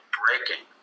breaking